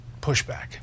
pushback